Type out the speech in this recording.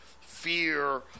fear